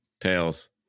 Tails